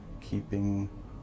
keeping